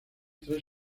tres